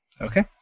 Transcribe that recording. okay